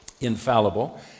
infallible